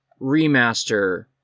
remaster